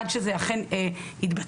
עד שזה אכן יתבצע.